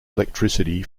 electricity